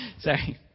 Sorry